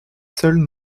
seuls